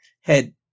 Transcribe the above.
head